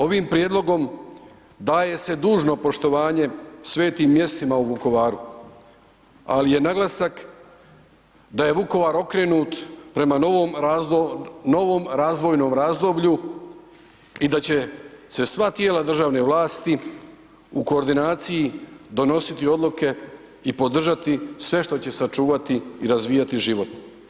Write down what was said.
Ovim prijedlogom daje se dužno poštovanje svetim mjestima u Vukovaru, ali je naglasak da je Vukovar okrenut prema novom razvojnom razdoblju i da će se sva tijela državne vlasti u koordinaciji donositi odluke i podržati sve što će sačuvati i razvijati život.